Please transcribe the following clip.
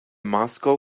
moscow